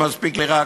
מספיק לי רק,